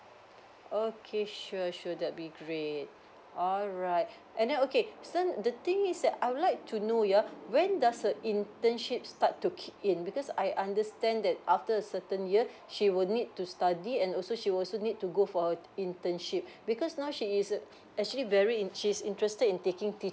okay sure sure that'll be great alright and then okay so the thing is that I would like to know yeah when does a internship start to kick in because I understand that after a certain year she will need to study and also she also need to go for internship because now she is actually very in~ she's interested in taking